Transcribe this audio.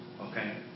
Okay